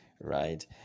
right